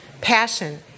passion